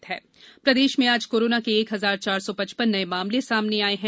प्रदेश corona प्रदेश में आज कोरोना के एक हजार चार सौ पचपन नए मामले सामने आये हैं